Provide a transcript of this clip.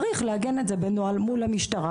צריך לעגן את זה בנוהל מול המשטרה,